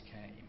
came